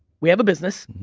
we have a business,